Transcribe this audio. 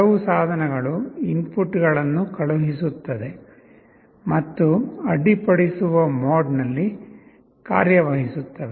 ಕೆಲವು ಸಾಧನಗಳು ಇನ್ಪುಟ್ಗಳನ್ನು ಕಳುಹಿಸುತ್ತದೆ ಮತ್ತು ಅಡ್ಡಿಪಡಿಸುವ ಮೋಡ್ನಲ್ಲಿ ಕಾರ್ಯವಹಿಸುತ್ತವೆ